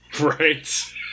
Right